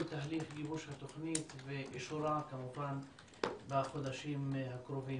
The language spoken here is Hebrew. תהליך גיבוש התוכנית ואישורה בחודשים הקרובים.